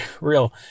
real